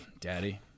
Daddy